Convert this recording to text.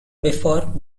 before